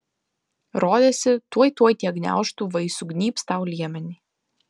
rodėsi tuoj tuoj tie gniaužtu vai sugnybs tau liemenį